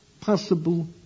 possible